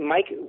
Mike